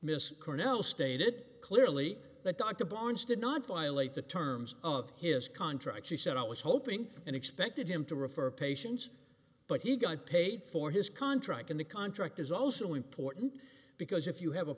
mr cornell stated clearly that dr barnes did not violate the terms of his contract she said i was hoping and expected him to refer patients but he got paid for his contract in the contract is also important because if you have a